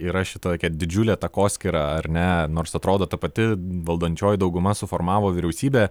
yra šitokia didžiulė takoskyra ar ne nors atrodo ta pati valdančioji dauguma suformavo vyriausybę